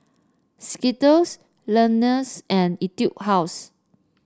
Skittles Lenas and Etude House